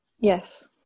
yes